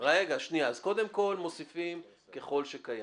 קודם כל מוסיפים "ככל שקיים".